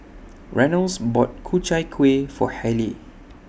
Reynolds bought Ku Chai Kuih For Hayleigh